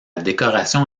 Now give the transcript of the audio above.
décoration